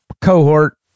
cohort